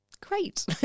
great